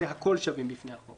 הוא "הכול שווים בפני החוק".